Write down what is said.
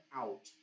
out